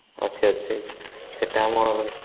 ଅଛି ଅଛି ସେଟା ଆମର୍